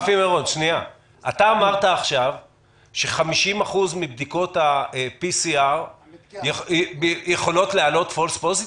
אמרת עכשיו ש-50% מבדיקות ה-PCR יכולות להעלות False positive?